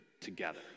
together